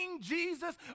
Jesus